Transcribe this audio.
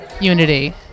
unity